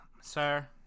Sir